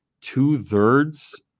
two-thirds